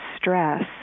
Stress